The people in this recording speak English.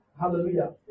Hallelujah